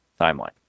timeline